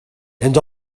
and